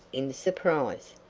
in surprise.